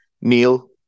Neil